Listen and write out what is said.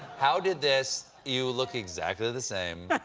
how does this you look exactly the same.